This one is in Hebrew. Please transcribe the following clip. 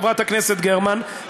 חברת הכנסת גרמן,